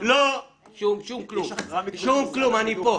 שומע פה